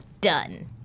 Done